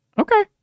Okay